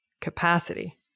capacity